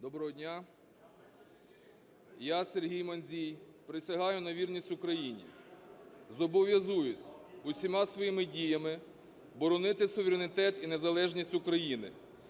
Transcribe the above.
Доброго дня. Я, Сергій Мандзій, присягаю на вірність Україні. Зобов'язуюсь усіма своїми діями боронити суверенітет і незалежність України,